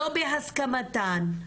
לא בהסכמתן,